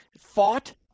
fought